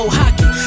hockey